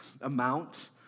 amount